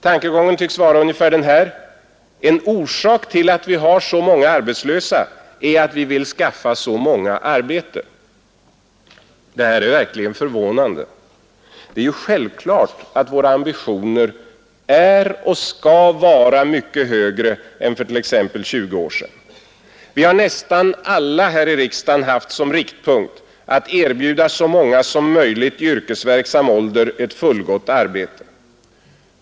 Tankegången tycks vara ungefär den här: En orsak till att vi har så många arbetslösa är att vi vill skaffa så många arbete. Det är onekligen något förvånande. Det är ju självklart att våra ambitioner är och skall vara mycket högre än för t.ex. 20 år sedan. Vi har nästan alla här i riksdagen haft som riktpunkt att erbjuda så många som möjligt i yrkesverksam ålder ett fullgott arbete.